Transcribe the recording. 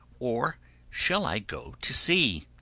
or shall i go to sea?